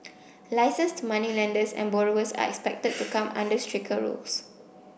licenced moneylenders and borrowers are expected to come under stricter rules